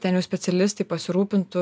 ten jau specialistai pasirūpintų